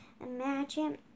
Imagine